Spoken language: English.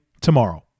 tomorrow